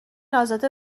ازاده